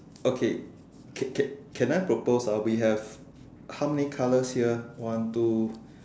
okay can can can I propose we have how many colours here one two